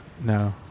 no